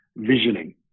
visioning